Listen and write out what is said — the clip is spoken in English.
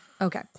okay